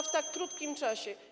w tak krótkim czasie.